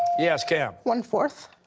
yes, cam? one four.